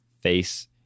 face